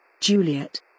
Juliet